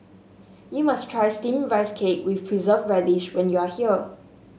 you must try steamed Rice Cake with Preserved Radish when you are here